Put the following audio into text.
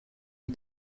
and